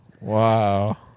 Wow